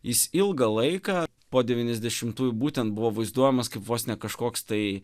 jis ilgą laiką po devyniasdešimtųjų būtent buvo vaizduojamas kaip vos ne kažkoks tai